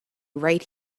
right